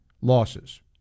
losses